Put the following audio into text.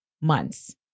months